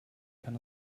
kann